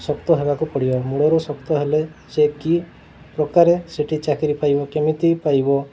ଶକ୍ତ ହେବାକୁ ପଡ଼ିବ ମୂଳରୁ ଶକ୍ତ ହେଲେ ସେ କି ପ୍ରକାରେ ସେଠି ଚାକିରି ପାଇବ କେମିତି ପାଇବ